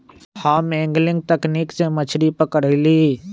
हम एंगलिंग तकनिक से मछरी पकरईली